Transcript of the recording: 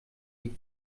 die